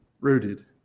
rooted